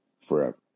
forever